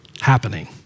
happening